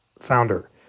founder